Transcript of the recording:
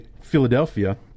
philadelphia